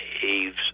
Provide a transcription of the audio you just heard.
caves